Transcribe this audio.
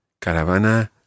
Caravana